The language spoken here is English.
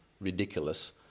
ridiculous